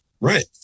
Right